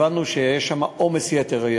הבנו שיש שם עומס יתר,